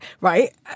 right